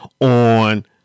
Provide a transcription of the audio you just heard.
on